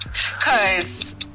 Cause